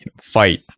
fight